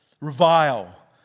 Revile